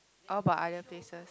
what about other places